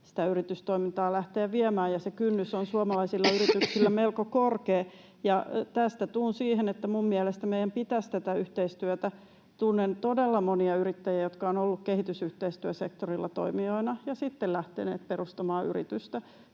sitä yritystoimintaa lähteä viemään, ja se kynnys on suomalaisilla yrityksillä melko korkea. Tästä tulen siihen, että minun mielestäni meidän pitäisi tehdä tätä yhteistyötä. Tunnen todella monia yrittäjiä, jotka ovat olleet kehitysyhteistyösektorilla toimijoina ja sitten lähteneet perustamaan yritystä,